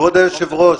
כבוד היושב-ראש,